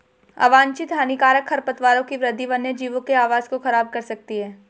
अवांछित हानिकारक खरपतवारों की वृद्धि वन्यजीवों के आवास को ख़राब कर सकती है